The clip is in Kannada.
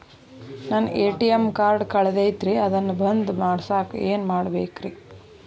ನನ್ನ ಎ.ಟಿ.ಎಂ ಕಾರ್ಡ್ ಕಳದೈತ್ರಿ ಅದನ್ನ ಬಂದ್ ಮಾಡಸಾಕ್ ಏನ್ ಮಾಡ್ಬೇಕ್ರಿ?